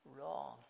wrong